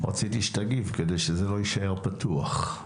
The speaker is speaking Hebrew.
רציתי שתגיב כדי שלא יישאר פתוח.